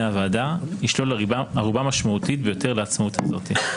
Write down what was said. הוועדה ישלול ערובה משמעותית ביותר לעצמאות הזאת.